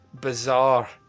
bizarre